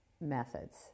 methods